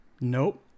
Nope